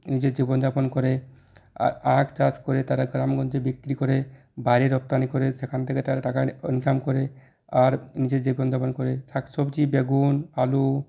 নিজের জীবনযাপন করে আখ চাষ করে তারা গ্রামগঞ্জে বিক্রি করে বাইরে রপ্তানি করে সেখান থেকে তারা টাকা ইনকাম করে আর যে জীবনযাপন করে শাক সবজি বেগুন আলু